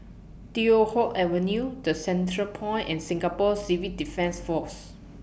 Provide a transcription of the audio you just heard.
Teow Hock Avenue The Centrepoint and Singapore Civil Defence Force